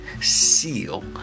seal